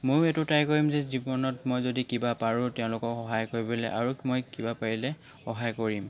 মইও এইটো ট্ৰাই কৰিম যে জীৱনত মই যদি কিবা পাৰোঁ তেওঁলোকক সহায় কৰিবলৈ আৰু মই কিবা পাৰিলে সহায় কৰিম